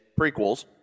prequels